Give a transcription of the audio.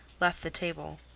left the table.